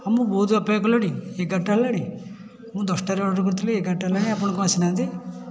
ହଁ ମୁଁ ବହୁତ ଅପେକ୍ଷା କଲିଣି ଏଗାରଟା ହେଲାଣି ମୁଁ ଦଶଟାରେ ଅର୍ଡ଼ର୍ କରିଥିଲି ଏଗାରଟା ହେଲାଣି ଆପଣ କ'ଣ ଆସିନାହାନ୍ତି